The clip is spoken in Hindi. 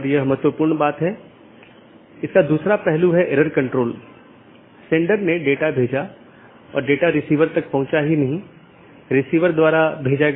और यह बैकबोन क्षेत्र या बैकबोन राउटर इन संपूर्ण ऑटॉनमस सिस्टमों के बारे में जानकारी इकट्ठा करता है